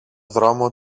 δρόμο